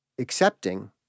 accepting